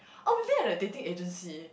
oh we met at a dating agency